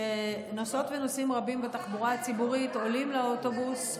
שנוסעות ונוסעים רבים בתחבורה הציבורית עולים לאוטובוס,